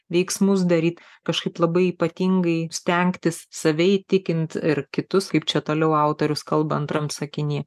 veiksmus daryt kažkaip labai ypatingai stengtis save įtikint ir kitus kaip čia toliau autorius kalba antram sakiny